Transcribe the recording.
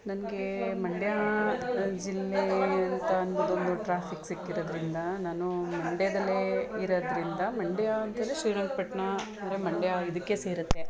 ನನಗೆ ಮಂಡ್ಯ ಜಿಲ್ಲೆ ಅಂತ ಅಂದು ಒಂದು ಟ್ರಾಫಿಕ್ ಸಿಕ್ಕಿರೋದರಿಂದ ನಾನು ಮಂಡ್ಯದಲ್ಲೇ ಇರೋದರಿಂದ ಮಂಡ್ಯ ಅಂಥೇಳಿದ್ರೆ ಶ್ರೀರಂಗಪಟ್ಟಣ ಅಂದರೆ ಮಂಡ್ಯ ಇದಕ್ಕೆ ಸೇರುತ್ತೆ